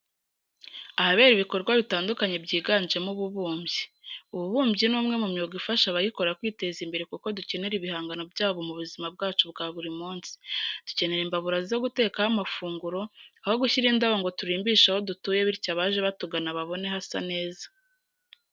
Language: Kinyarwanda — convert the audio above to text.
Ahabera ibikorwa bitandukanye byiganjemo ububumbyi. Ububumbyi ni umwe mu myuga ifasha abayikora kwiteza imbere kuko dukenera ibihangano byabo mu buzima bwacu bwa buri munsi. Dukenera imbabura zo gutekaho amafunguro, aho gushyira indabo ngo turimbishe aho dutuye bityo abaje batugana babone hasa neza.